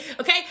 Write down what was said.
okay